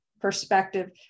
perspective